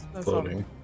floating